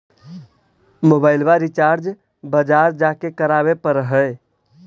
मोबाइलवा रिचार्ज बजार जा के करावे पर है?